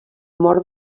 mort